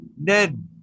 Ned